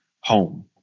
home